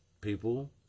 people